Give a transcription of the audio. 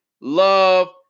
Love